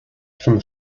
from